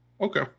Okay